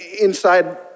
inside